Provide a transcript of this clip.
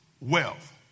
wealth